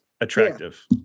attractive